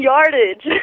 Yardage